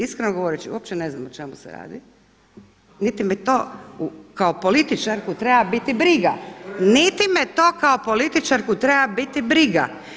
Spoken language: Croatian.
Iskreno rečeno, uopće ne znam o čemu se radi niti me to kao političarku treba biti briga, niti me to kao političarku treba biti briga.